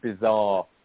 bizarre